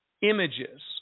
images